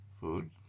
Food